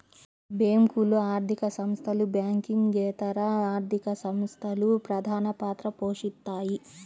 బ్యేంకులు, ఆర్థిక సంస్థలు, బ్యాంకింగేతర ఆర్థిక సంస్థలు ప్రధానపాత్ర పోషిత్తాయి